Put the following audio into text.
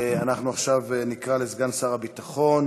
אנחנו עכשיו נקרא לסגן שר הביטחון